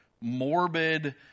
morbid